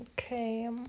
Okay